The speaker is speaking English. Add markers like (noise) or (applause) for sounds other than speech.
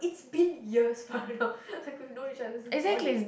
it's been years by now (laughs) it's like we've known each other since poly